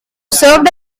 served